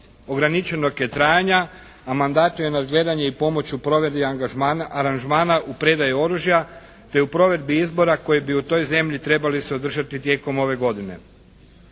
Ograničenog je trajanja a u mandatu je nadgledanje i pomoć u provedbi aranžmana u predaji oružja te u provedbi izbora koji bi u toj zemlji trebali se održati tijekom ove godine.